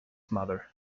mother